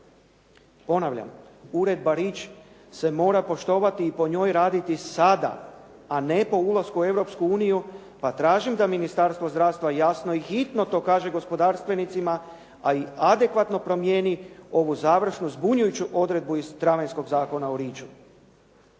Ponavljam, Uredba Rich se mora poštovati i po njoj raditi sad, a ne po ulasku u Europsku uniju pa tražim da Ministarstvo zdravstva jasno i hitno to kaže gospodarstvenicima, da adekvatno promijeni ovu završnu zbunjujuću odredbu iz travanjskog Zakona o Richu.